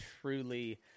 truly